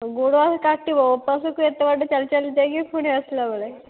ଗୋଡ ଆହୁରି କାଟିବ ଉପାସକୁ ଏତେ ବାଟ ଚାଲି ଚାଲି ଯାଇକି ପୁଣି ଆସିଲା ବେଳେ